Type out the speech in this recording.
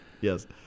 Yes